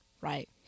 right